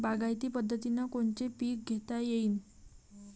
बागायती पद्धतीनं कोनचे पीक घेता येईन?